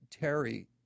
Terry